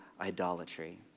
idolatry